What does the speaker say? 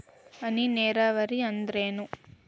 ಹನಿ ನೇರಾವರಿ ಅಂದ್ರೇನ್ರೇ?